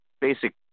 basic